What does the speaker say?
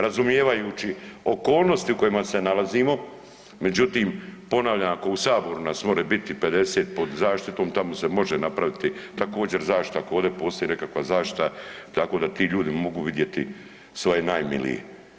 Razumijevajući okolnosti u kojima se nalazimo, međutim ponavljam ako u saboru nas more biti 50 pod zaštitom tamo se može napraviti također zaštita ako ovde postoji nekakva zaštita tako da ti ljudi mogu vidjeti svoje najmilije.